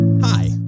Hi